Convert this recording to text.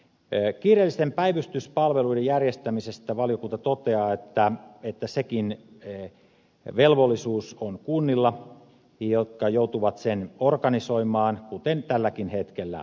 kiireellisten päivystyspalveluiden järjestämisestä valiokunta toteaa että sekin velvollisuus on kunnilla jotka joutuvat sen organisoimaan kuten tälläkin hetkellä on